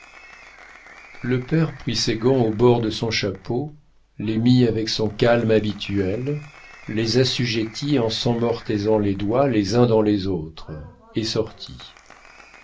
le père prit ses gants au bord de son chapeau les mit avec son calme habituel les assujettit en s'emmortaisant les doigts les uns dans les autres et sortit